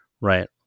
right